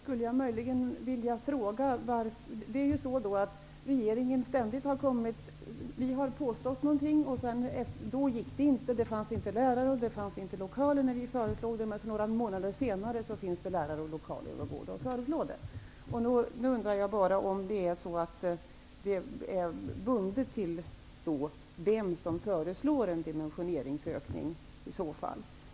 När det gäller frågan om dimensioneringen har vi först påstått någonting. Då gick det inte. Det fanns inte lärare, och det fanns inte lokaler, när vi föreslog något. Men några månader senare finns det lärare och lokaler, och då kommer man med förslag. Jag undrar om sådana saker är bundna till vem som föreslår en dimensioneringsökning.